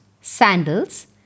sandals